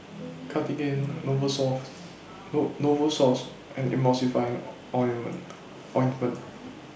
Cartigain No Novosource and Emulsying Ointment